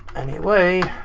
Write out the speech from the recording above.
anyway,